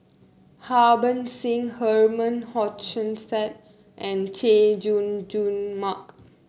Harbans Singh Herman Hochstadt and Chay Jung Jun Mark